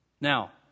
Now